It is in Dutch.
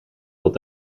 tot